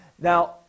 Now